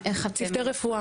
צוותי רפואה.